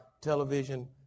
television